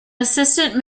assistant